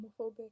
homophobic